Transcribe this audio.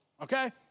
Okay